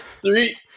three